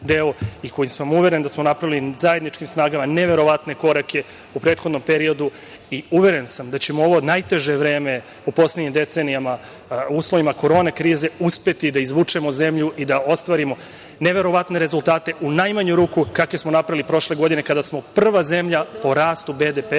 deo i koji sam uveren da smo napravili zajedničkim snagama neverovatne korake u prethodnom periodu i uveren sam da ćemo u ovo najteže vreme u poslednjim decenijama, u uslovima korona krize uspeti da izvučemo zemlju i da ostvarimo neverovatne rezultate, u najmanju ruku kakve smo napravili prošle godine, kada smo prva zemlja po rastu BDP-a